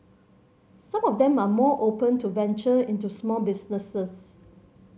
some of them are more open to venture into small businesses